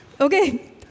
Okay